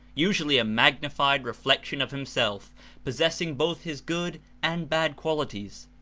usually a magnified reflec tion of himself possessing both his good and bad qualities,